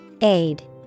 Aid